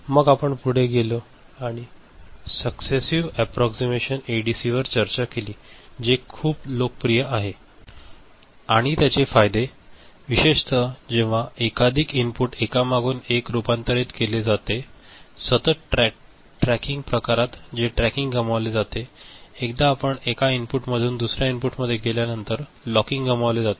मग आपण पुढे गेलो आणि सक्सेसिव एप्प्प्रॉक्सिमेशन एडीसी वर चर्चा केली जे खूप लोकप्रिय आहे आणि त्याचे फायदे विशेषत जेव्हा एकाधिक इनपुट एकामागून एक रुपांतरित केले जातात सतत ट्रॅकिंग प्रकारात जे ट्रॅकिंग गमावले जाते एकदा आपण एका इनपुटमधून दुसर्या इनपुटवर गेल्यानंतर लॉकिंग गमावले जाते